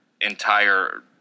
entire